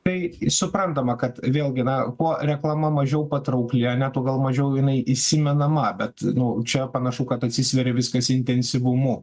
tai suprantama kad vėl gi na kuo reklama mažiau patraukli ane tuo gal mažiau jinai įsimenama bet nu čia panašu kad atsisveria viskas intensyvumu